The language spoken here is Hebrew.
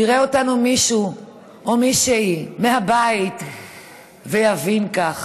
יראה אותנו מישהו או מישהי מהבית ויבין כך.